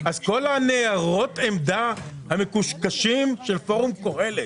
אז כל ניירות העמדה המקושקשים של פורום קהלת,